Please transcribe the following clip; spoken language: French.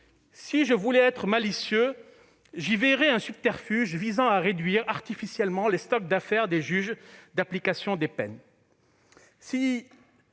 Si je voulais être malicieux, j'y verrais un subterfuge visant à réduire artificiellement le stock d'affaires des JAP ... À côté de la